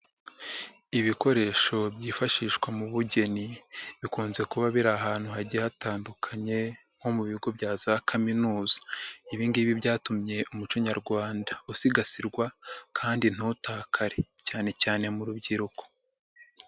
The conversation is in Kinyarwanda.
Ibikoresho byifashishwa mu bugeni bikunze kuba biri ahantu hagiye hatandukanye nko mu bigo bya za kaminuza, ibi ngibi byatumye umuco nyarwanda usigasirwa kandi ntutakare cyane cyane mu rubyiruko.